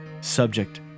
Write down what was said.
Subject